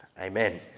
Amen